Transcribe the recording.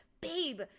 Babe